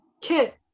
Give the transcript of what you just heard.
kit